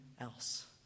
else